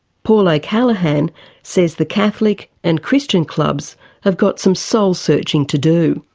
paul o'callaghan says the catholic and christian clubs have got some soul-searching to do.